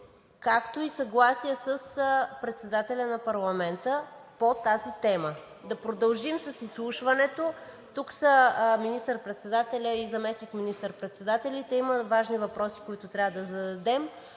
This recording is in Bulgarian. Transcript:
…както и съгласие с председателя на Парламента по тази тема – да продължим с изслушването. Тук са министър-председателят и заместник министър-председателите. Има важни въпроси, които трябва да зададем,